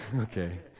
Okay